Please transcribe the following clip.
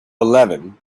eleven